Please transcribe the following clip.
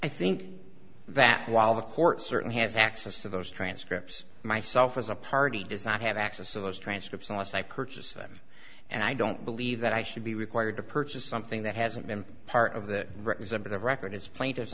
i think that while the court certainly has access to those transcripts myself as a party does not have access to those transcripts unless i purchased that and i don't believe that i should be required to purchase something that hasn't been part of the representative record as plaintiff